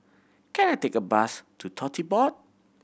can I take a bus to Tote Board